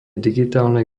digitálnej